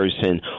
person